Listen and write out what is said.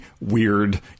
weird